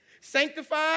sanctified